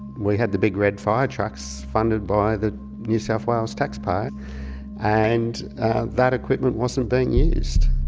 we had the big red fire trucks funded by the new south wales taxpayer and that equipment wasn't being used.